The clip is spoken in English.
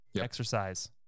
Exercise